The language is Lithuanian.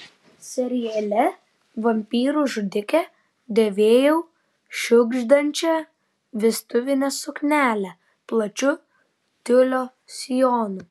seriale vampyrų žudikė dėvėjau šiugždančią vestuvinę suknelę plačiu tiulio sijonu